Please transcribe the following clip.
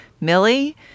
Millie